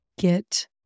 get